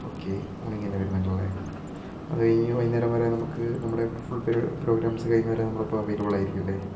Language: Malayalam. ഓക്കെ മോർണിംഗ് തന്നെ വരുന്നുണ്ടല്ലേ അത് കഴിഞ്ഞ് വൈകുന്നേരം വരെ നമുക്ക് നമ്മുടെ ഫുൾ പ്രോഗ്രാംസ് കഴിയുന്നവരെ നമ്മളിപ്പം അവൈലബിൾ ആയിരിക്കും അല്ലെ